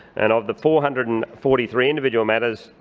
and of the four hundred and forty three individual matters,